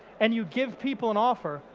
and you give people an offer,